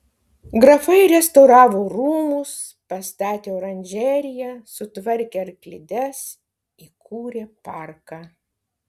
grafai restauravo rūmus pastatė oranžeriją sutvarkė arklides įkūrė parką